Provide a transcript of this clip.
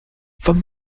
femme